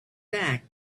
back